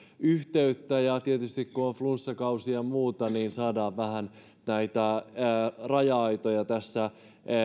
yhteyttä ja tietysti kun on flunssakausi ja muuta niin saadaan vähän näitä raja aitoja tässä